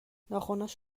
ناخنهاش